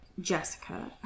Jessica